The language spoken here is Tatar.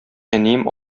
әнием